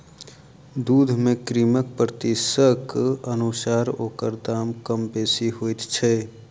दूध मे क्रीमक प्रतिशतक अनुसार ओकर दाम कम बेसी होइत छै